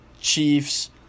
Chiefs